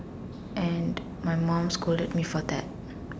and my mum scolded me for that